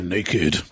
Naked